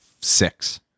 Six